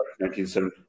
1970